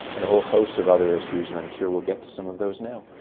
and a whole host of other issues and i'm sure we'll get to some of those now.